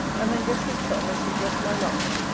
and then dress this chub, as you dressed my last,